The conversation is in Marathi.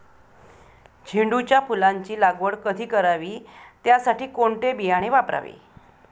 झेंडूच्या फुलांची लागवड कधी करावी? त्यासाठी कोणते बियाणे वापरावे?